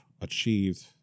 achieved